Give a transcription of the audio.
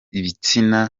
ibitsina